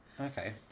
Okay